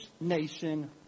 nation